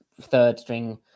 third-string